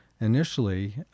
initially